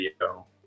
video